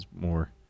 more